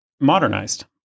modernized